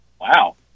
Wow